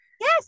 Yes